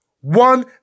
One